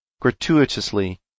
Gratuitously